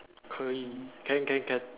可以 can can can